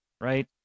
right